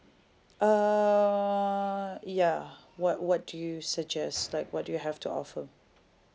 uh ya what what do you suggest like what do you have to offer